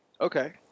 Okay